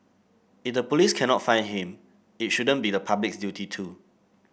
if the police cannot find him it shouldn't be the public's duty to